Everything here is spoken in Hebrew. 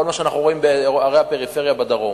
כל מה שאנחנו רואים בערי הפריפריה בדרום.